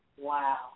Wow